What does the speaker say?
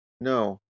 No